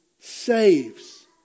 saves